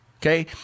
Okay